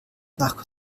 nach